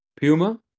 Puma